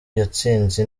yatsinze